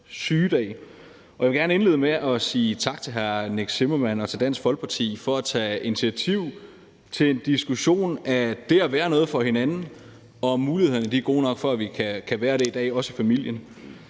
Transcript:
sygedag, og jeg vil gerne indlede med at sige tak til hr. Nick Zimmermann og til Dansk Folkeparti for at tage initiativ til en diskussion om det at være noget for hinanden og om, om mulighederne for, at vi kan være det, også i familien,